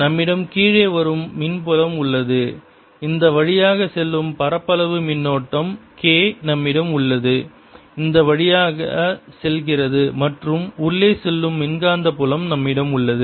நம்மிடம் கீழே வரும் மின்புலம் உள்ளது இந்த வழியாக செல்லும் பரப்பளவு மின்னோட்டம் K நம்மிடம் உள்ளது K இந்த வழியாக செல்கிறது மற்றும் உள்ளே செல்லும் மின்காந்த புலம் நம்மிடம் உள்ளது